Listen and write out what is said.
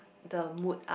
the mood up